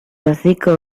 hocico